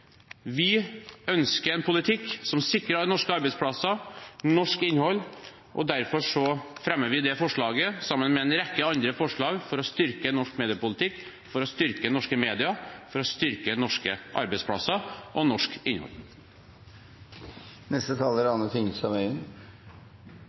Vi ønsker en politikk som sikrer norske arbeidsplasser og norsk innhold, og derfor fremmer vi det forslaget, sammen med en rekke andre forslag, for å styrke norsk mediepolitikk, for å styrke norske medier, og for å styrke norske arbeidsplasser og norsk